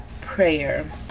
prayer